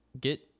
get